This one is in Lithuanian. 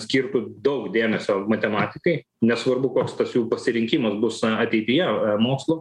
skirtų daug dėmesio matematikai nesvarbu koks tas jų pasirinkimas bus ateityje mokslų